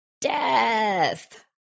death